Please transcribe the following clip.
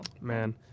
Man